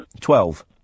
Twelve